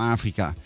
Afrika